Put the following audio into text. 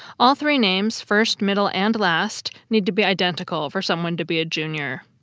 all three names first, middle, and last need to be identical for someone to be a junior.